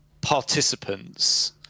participants